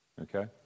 okay